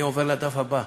אני עובר לדף הבא,